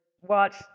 watch